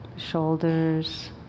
shoulders